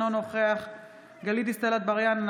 אינו נוכח גלית דיסטל אטבריאן,